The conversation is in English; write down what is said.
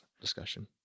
discussion